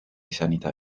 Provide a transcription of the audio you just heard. sanità